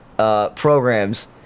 Programs